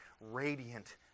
radiant